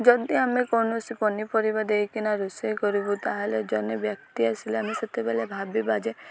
ଯଦି ଆମେ କୌଣସି ପନିପରିବା ଦେଇକିନା ରୋଷେଇ କରିବୁ ତା'ହେଲେ ଜଣେ ବ୍ୟକ୍ତି ଆସିଲେ ଆମେ ସେତେବେଳେ ଭାବିବା ଯେ